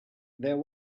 there